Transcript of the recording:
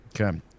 Okay